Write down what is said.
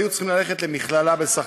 והיו צריכים ללכת למכללה בשכר,